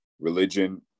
Religion